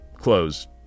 Close